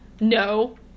No